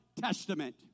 testament